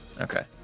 okay